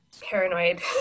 paranoid